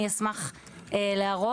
אני אשמח להראות,